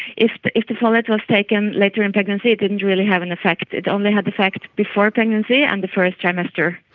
if the if the folate was taken later in pregnancy, it didn't really have an effect, it only had an effect before pregnancy and the first trimester.